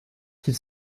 qu’il